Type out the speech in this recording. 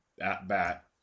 at-bat